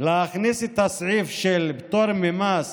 להכניס את הסעיף של פטור ממס